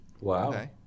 Wow